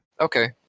okay